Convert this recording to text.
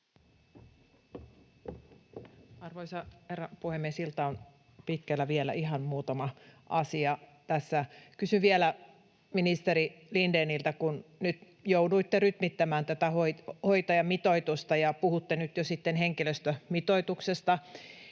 Arvoisa herra puhemies! Ilta on pitkällä, mutta vielä ihan muutama asia tässä. Kysyn vielä ministeri Lindéniltä, kun nyt jouduitte rytmittämään tätä hoitajamitoitusta ja puhutte nyt jo sitten henkilöstömitoituksesta: